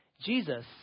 Jesus